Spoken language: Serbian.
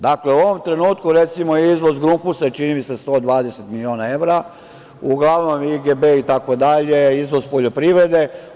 Dakle, u ovom trenutku recimo izvoz "Grupusa" čini mi se 120 miliona evra, uglavnom IGB, itd, izvoz poljoprivrede.